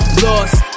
lost